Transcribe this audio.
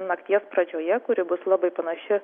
nakties pradžioje kuri bus labai panaši